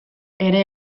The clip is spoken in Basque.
ere